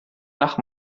nach